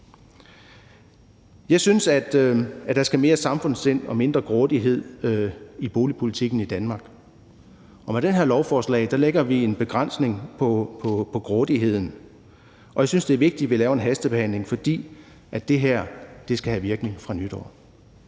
Jeg synes, at der skal være mere samfundssind og mindre grådighed i boligpolitikken i Danmark, og med det her lovforslag lægger vi en begrænsning på grådigheden. Og jeg synes, det er vigtigt, at vi laver en hastebehandling, for det her skal have virkning fra nytår.